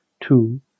two